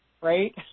right